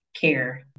care